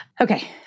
Okay